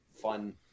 fun